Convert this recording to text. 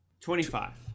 25